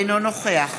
אינו נוכח